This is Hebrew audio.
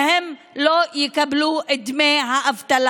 שהם יקבלו את דמי האבטלה.